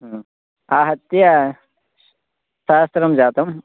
ह्म् आहत्य सहस्रं जातं